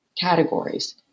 categories